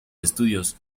estudios